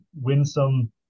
winsome